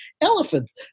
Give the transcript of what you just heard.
elephants